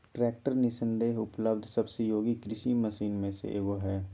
tractor निस्संदेह उपलब्ध सबसे उपयोगी कृषि मशीन में से एगो हइ